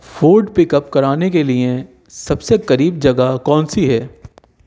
food pick up کرانے کے لیے سب سے قریب جگہ کون سی ہے